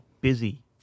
busy